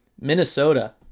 minnesota